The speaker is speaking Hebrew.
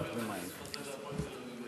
אם אפשר היה להעביר את הכסף הזה ל"הפועל תל-אביב",